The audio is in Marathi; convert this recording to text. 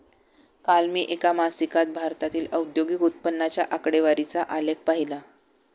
काल मी एका मासिकात भारतातील औद्योगिक उत्पन्नाच्या आकडेवारीचा आलेख पाहीला